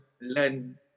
learn